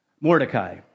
Mordecai